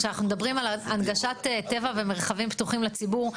כשאנחנו מדברים על הנגשת טבע ומרחבים פתוחים לציבור,